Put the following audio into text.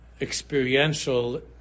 experiential